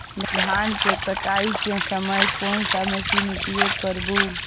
धान की कटाई के समय कोन सा मशीन उपयोग करबू?